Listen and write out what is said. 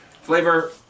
Flavor